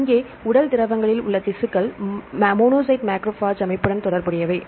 எனவே இங்கே உடல் திரவங்களில் உள்ள திசுக்கள் மோனோசைட் மேக்ரோபேஜ் அமைப்புடன் தொடர்புடையவை